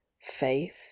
faith